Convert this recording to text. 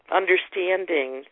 understanding